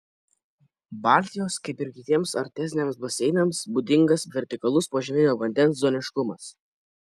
baltijos kaip ir kitiems arteziniams baseinams būdingas vertikalus požeminio vandens zoniškumas